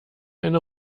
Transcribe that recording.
eine